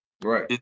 Right